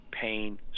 pain